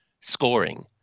Scoring